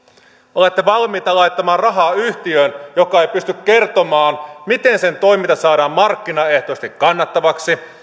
olette valmis laittamaan rahaa yhtiöön joka ei pysty kertomaan miten sen toiminta saadaan markkinaehtoisesti kannattavaksi